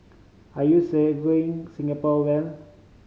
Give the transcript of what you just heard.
are you serving Singapore well